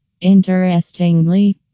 Interestingly